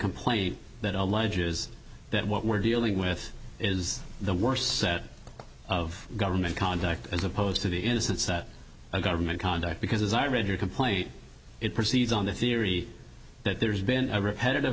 complaint that alleges that what we're dealing with is the worst set of government conduct as opposed to the innocence that the government conduct because as i read your complaint it proceeds on the theory that there's been a repetitive